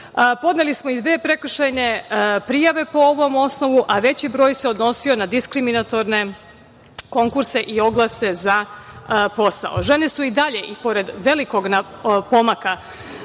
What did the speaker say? smo i dve prekršajne prijave po ovom osnovu, a veći broj se odnosio na diskriminatorne konkurse i oglase za posao. Žene su i dalje, i pored velikog pomaka,